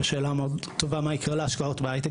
ושאלה מאוד טובה מה יקרה להשקעות בהייטק